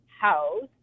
house